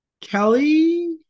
Kelly